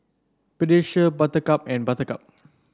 Pediasure Buttercup and Buttercup